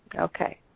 Okay